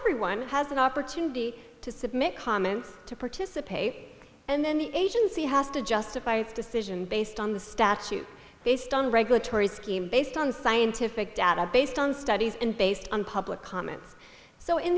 everyone has an opportunity to submit comments to participate and then the agency has to justify its decision based on the statute based on regulatory scheme based on scientific data based on studies and based on public comments so in